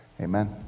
Amen